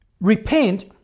Repent